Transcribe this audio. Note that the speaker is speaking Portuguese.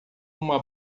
uma